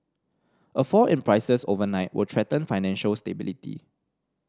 a fall in prices overnight will threaten financial stability